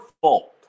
fault